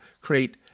create